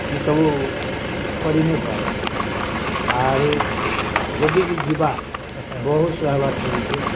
ଇସବୁ କରିନେଇ ପାରେ ଆରୁ ଯଦି ବି ଯିବା ବହୁତ ଶହେବାର ପଡ଼ୁଛିି